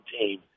team